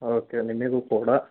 okay ನಿಮಗು ಕೂಡ